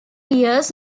years